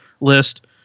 list